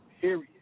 period